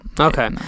Okay